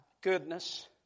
goodness